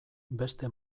beste